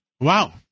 Wow